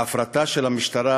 ההפרטה של המשטרה